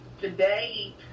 today